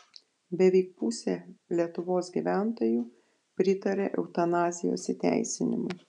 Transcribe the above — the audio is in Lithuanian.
beveik pusė lietuvos gyventojų pritaria eutanazijos įteisinimui